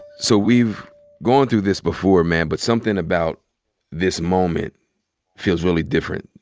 so we've gone through this before, man. but somethin' about this moment feels really different.